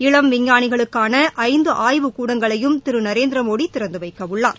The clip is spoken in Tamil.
இளம் விஞ்ஞானிகளுக்கான ஐந்து ஆய்வுக் கூடங்களையும் திரு நரேந்திர மோடி திறந்து வைக்க உள்ளார்